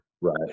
right